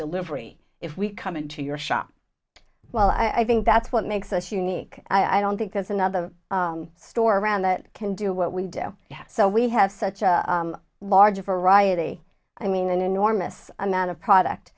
delivery if we come into your shop well i think that's what makes us unique i don't think there's another store around that can do what we do so we have such a large variety i mean an enormous amount of product